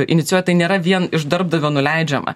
inicijuoja tai nėra vien iš darbdavio nuleidžiama